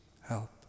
help